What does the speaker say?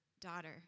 daughter